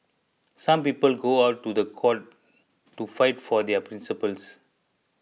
some people go on to the court to fight for their principles